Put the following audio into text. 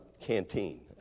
canteen